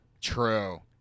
True